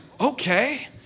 okay